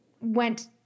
went